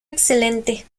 excelente